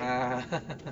ah